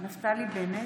נפתלי בנט,